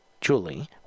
Julie